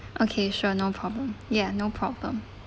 okay sure no problem ya no problem